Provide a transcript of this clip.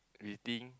greeting